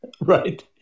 right